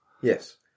Yes